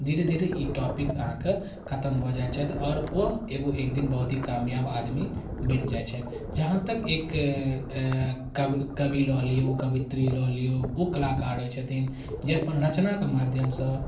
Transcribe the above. धीरे धीरे ई टॉपिक अहाँके खतम भऽ जाइ छथि आओर वएह एगो एक दिन बहुत हीँ कामयाब आदमी बनि जाइ छथि जहाँ तक एक कवि लऽ लियौ कवित्री लऽ लियौ ओ कलाकारे छथिन जे अपना रचनाके माध्यमसँ